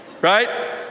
Right